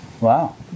Wow